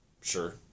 Sure